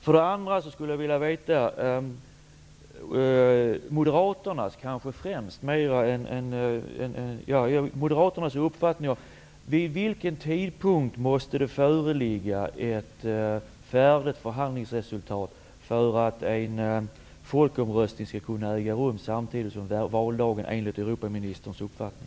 Vidare skulle jag vilja höra vad Moderaternas uppfattning är när det gäller vid vilken tidpunkt som det måste föreligga ett färdigt förhandlingsresultat för att en folkomröstning skall kunna äga rum i samband med valdagen. Vilken är Europaministerns uppfattning?